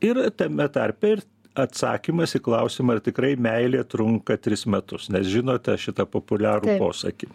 ir tame tarpe ir atsakymas į klausimą ar tikrai meilė trunka tris metus nes žinote šitą populiarų posakį